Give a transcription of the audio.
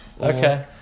Okay